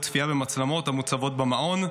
באמצעות צפייה במצלמות המוצבות במעון,